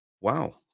Wow